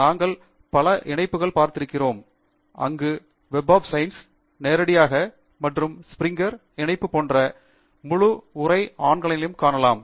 நாங்கள் பல இணைப்புகள் பார்த்திருக்கிறோம் அங்கு வெப் ஆப் சயின்ஸ் நேரடியாக மற்றும் ஸ்பிரிங்கர் இணைப்பு போன்ற முழு உரை ஆன்லைனையும் காணலாம்